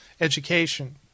education